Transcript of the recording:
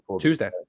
Tuesday